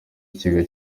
ikigega